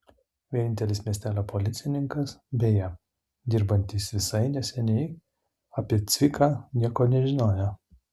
vienintelis miestelio policininkas beje dirbantis visai neseniai apie cviką nieko nežinojo